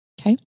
Okay